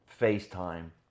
FaceTime